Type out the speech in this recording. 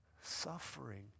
suffering